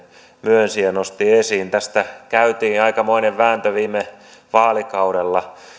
myönsi ja nosti esiin tästä käytiin aikamoinen vääntö viime vaalikaudella